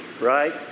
right